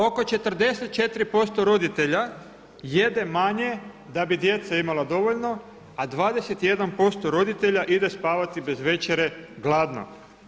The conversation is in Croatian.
Oko 44% roditelja jede manje da bi djeca imala dovoljno a 21% roditelja ide spavati bez večere glasno.